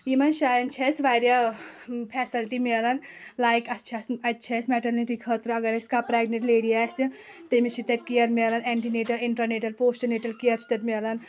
یِمن جاین چھِ اسہِ واریاہ فیسلٹی مِلان لایِک اسہِ چھِ اتھ اتہِ چھِ اسہِ میٹرنٹی خٲطرٕ اگر اسہِ کانٛہہ پریگنٹ لیڈی آسہِ تٔمِس چھِ تتہِ کیر مِلان antenatal intranatal postnatal care چھُ تتہِ مِلان